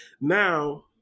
Now